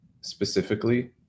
specifically